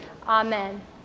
amen